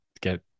get